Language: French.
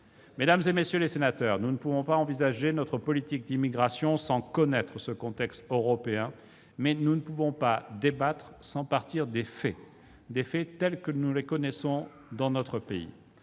Mesdames, messieurs les sénateurs, nous ne pouvons pas envisager notre politique d'immigration sans connaître ce contexte européen, mais nous ne pouvons pas débattre sans partir des faits. Le premier fait que je veux évoquer, ce sont les